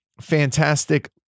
fantastic